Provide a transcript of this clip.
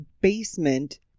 basement